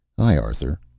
hi, arthur,